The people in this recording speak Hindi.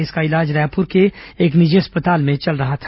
इसका इलाज रायपुर के एक निजी अस्पताल में चल रहा था